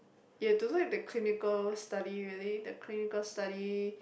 you have to look at the clinical study really the clinical study